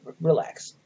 relax